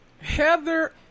Heather